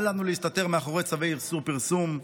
אל לנו להסתתר מאחורי צווי איסור פרסום,